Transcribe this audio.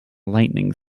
lightening